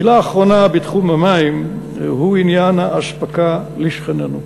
מילה אחרונה בתחום המים היא בעניין האספקה לשכנינו.